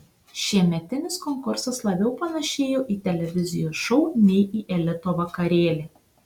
šiemetinis konkursas labiau panašėjo į televizijos šou nei į elito vakarėlį